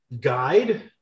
guide